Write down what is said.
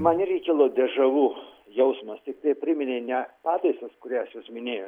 man irgi kilo dežavu jausmas tiktai priminė ne pataisas kurias jūs minėjot